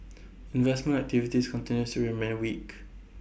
investment activities continues to remain weak